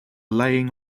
laying